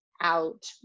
out